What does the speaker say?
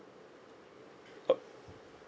oh